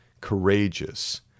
courageous